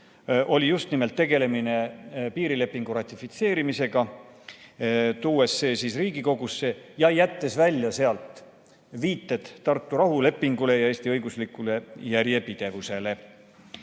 oli just nimelt tegelemine piirilepingu ratifitseerimisega. See toodi Riigikogusse ja sealt jäeti välja viited Tartu rahulepingule ja Eesti õiguslikule järjepidevusele.